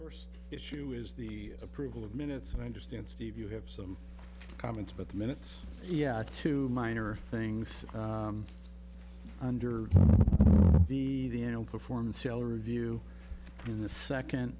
first issue is the approval of minutes and i understand steve you have some comments but the minutes yeah to minor things under the the eno performed sailor review in the second